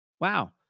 wow